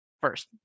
first